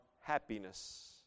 happiness